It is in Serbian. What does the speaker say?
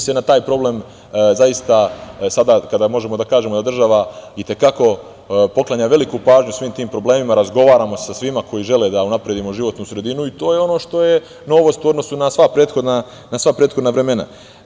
Sada kada možemo da kažemo da država i te kako poklanja veliku pažnju svim tim problemima razgovaramo sa svima koji žele da unapredimo životnu sredinu i to je ono što je novost u odnosu na sva prethodna vremena.